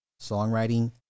songwriting